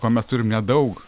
o mes turim nedaug